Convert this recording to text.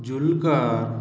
Julka